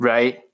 Right